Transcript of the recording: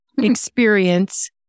experience